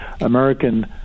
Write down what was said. American